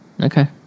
Okay